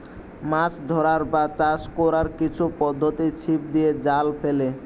মাছ ধরার বা চাষ কোরার কিছু পদ্ধোতি ছিপ দিয়ে, জাল ফেলে